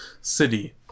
City